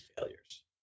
failures